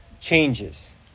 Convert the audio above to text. changes